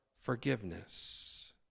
forgiveness